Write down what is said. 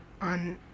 on